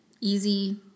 easy